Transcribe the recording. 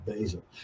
basil